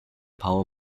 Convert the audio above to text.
power